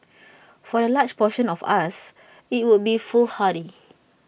for the large portion of us IT would be foolhardy